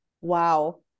Wow